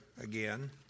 again